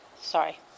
Sorry